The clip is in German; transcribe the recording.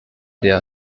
der